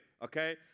Okay